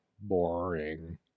boring